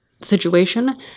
Situation